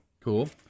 Cool